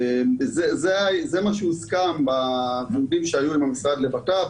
זה מה שהוסכם בדיונים שהיו עם המשרד לבט"פ.